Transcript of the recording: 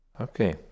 Okay